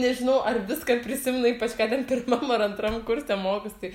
nežinau ar viską prisimina ypač ką ten pirmam ar antram kurse mokosi